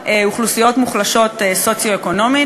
ואוכלוסיות מוחלשות סוציו-אקונומית.